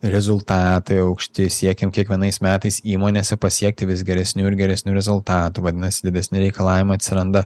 rezultatai aukšti siekiam kiekvienais metais įmonėse pasiekti vis geresnių ir geresnių rezultatų vadinasi didesni reikalavimai atsiranda